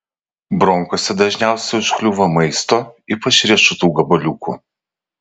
bronchuose dažniausiai užkliūva maisto ypač riešutų gabaliukų